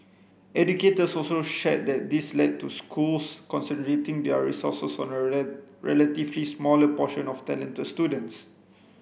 educators also shared that this led to schools concentrating their resources on a relatively smaller portion of talented students